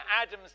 Adam's